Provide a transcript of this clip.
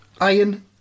iron